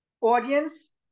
audience